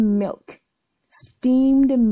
milk,steamed